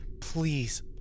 please